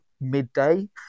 midday